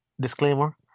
disclaimer